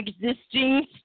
existing